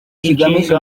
kigamije